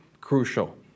crucial